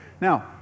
Now